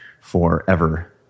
forever